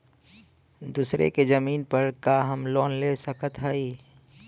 दूसरे के जमीन पर का हम लोन ले सकत हई?